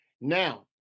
Now